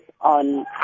on